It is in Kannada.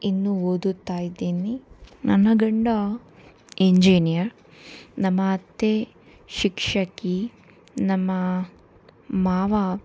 ಇನ್ನೂ ಓದುತ್ತಾ ಇದ್ದೀನಿ ನನ್ನ ಗಂಡ ಇಂಜೀನ್ಯರ್ ನಮ್ಮ ಅತ್ತೆ ಶಿಕ್ಷಕಿ ನಮ್ಮ ಮಾವ